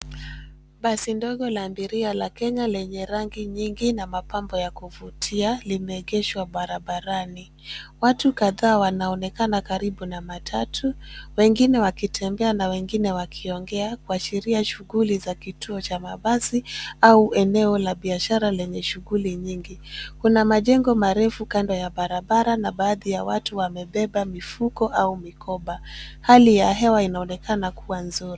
Basi ndogo la abiria la kenya lenye rangi nyingi na mapambo ya kuvutia, limeegeshwa barabarani. Watu kadhaa wanaonekana karibu na matatu, wengine wakitembea na wengine wakiongea, kuashiria shughuli za kituo cha mabasi au eneo la biashara lenye shughuli nyingi. Kuna majengo marefu kando ya barabara na baadhi ya watu wamebeba mifuko au mikoba. Hali ya hewa inaonekana kuwa nzuri.